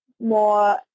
more